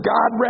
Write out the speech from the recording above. God